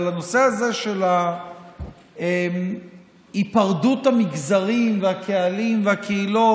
אבל הנושא הזה של היפרדות המגזרים והקהלים והקהילות,